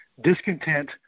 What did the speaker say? Discontent